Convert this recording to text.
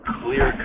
clear